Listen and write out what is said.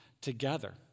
together